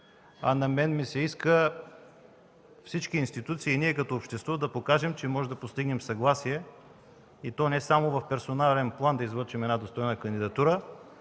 На мен ми се иска всички институции и ние като общество да покажем, че можем да постигнем съгласие и то не само в професионален план да излъчим достойна кандидатура,